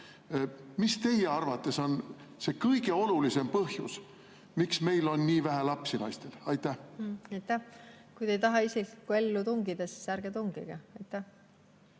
mis teie arvates on see kõige olulisem põhjus, miks [Eestis] on nii vähe lapsi naistel? Aitäh! Kui te ei taha isiklikku ellu tungida, siis ärge tungige. Aitäh!